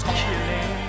killing